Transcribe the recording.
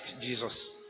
jesus